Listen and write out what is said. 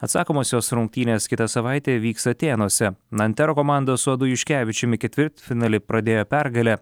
atsakomosios rungtynės kitą savaitę vyks atėnuose nantero komanda su adu juškevičiumi ketvirtfinalį pradėjo pergale